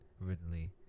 Ridley